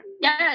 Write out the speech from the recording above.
Yes